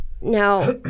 now